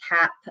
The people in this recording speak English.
CAP